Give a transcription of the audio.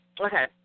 Okay